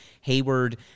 Hayward